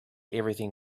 everything